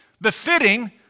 befitting